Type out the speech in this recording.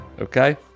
okay